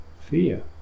fear